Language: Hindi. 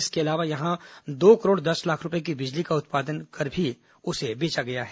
इसके अलावा यहां दो करोड़ दस लाख रुपये की बिजली का उत्पादन कर भी उसे बेचा गया है